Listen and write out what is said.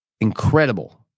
incredible